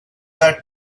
that